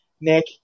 Nick